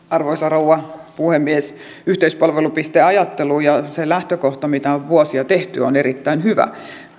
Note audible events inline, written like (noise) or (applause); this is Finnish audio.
(unintelligible) arvoisa rouva puhemies yhteispalvelupisteajattelu ja se lähtökohta mitä on vuosia tehty ovat erittäin hyviä asioita